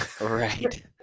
Right